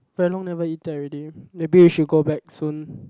very long never eat that already maybe we should go back soon